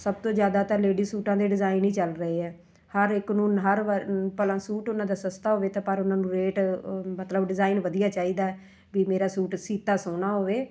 ਸਭ ਤੋਂ ਜ਼ਿਆਦਾ ਤਾਂ ਲੇਡੀਜ ਸੂਟਾਂ ਦੇ ਡਿਜ਼ਾਈਨ ਹੀ ਚੱਲ ਰਹੇ ਹੈ ਹਰ ਇੱਕ ਨੂੰ ਹਰ ਭਲਾ ਸੂਟ ਉਹਨਾਂ ਦਾ ਸਸਤਾ ਹੋਵੇ ਤਾਂ ਪਰ ਉਹਨਾਂ ਨੂੰ ਰੇਟ ਮਤਲਬ ਡਿਜ਼ਾਇਨ ਵਧੀਆ ਚਾਹੀਦਾ ਹੈ ਵੀ ਮੇਰਾ ਸੂਟ ਸੀਤਾ ਸੋਹਣਾ ਹੋਵੇ